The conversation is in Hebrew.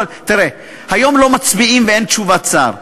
תראה, היום לא מצביעים ואין תשובת שר,